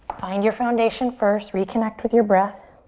find your foundation first. reconnect with your breath.